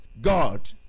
God